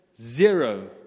zero